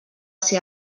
ser